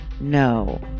No